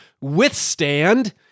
withstand